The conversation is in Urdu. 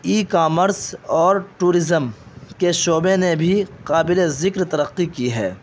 ای کامرس اور ٹوریزم کے شعبے نے بھی قابل ذکر ترقی کی ہے